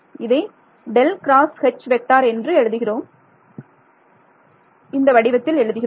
இதை என்று எழுதுகிறோம் இந்த வடிவத்தில் எழுதுகிறோம்